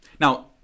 Now